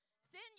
Sin